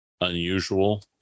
unusual